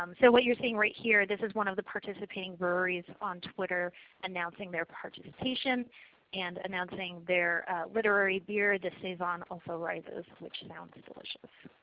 um so what you are seeing right here, this is one of the participating breweries on twitter announcing their participation and announcing their literary beer, the saison also rises, which sounds delicious.